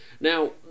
Now